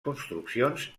construccions